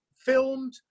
filmed